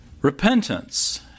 Repentance